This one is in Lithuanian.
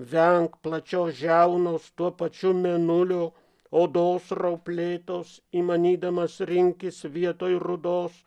venk plačios žiaunos tuo pačiu mėnuliu odos rauplėtos įmanydamas rinkis vietoj rudos